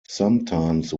sometimes